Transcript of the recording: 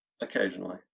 Occasionally